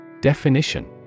Definition